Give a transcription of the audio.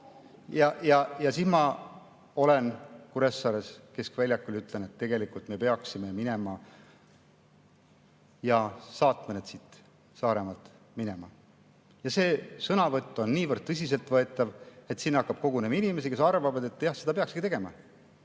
Ma olen Kuressaares keskväljakul ja ütlen, et tegelikult me peaksime minema ja saatma nad siit Saaremaalt minema. See sõnavõtt on niivõrd tõsiseltvõetav, et sinna hakkab kogunema inimesi, kes arvavad, et jah, seda peakski tegema.